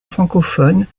francophone